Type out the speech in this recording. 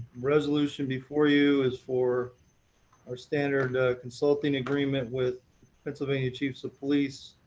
resolution before you is for our standard consulting agreement with pennsylvanians chiefs of police